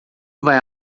vai